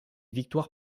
victoire